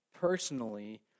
personally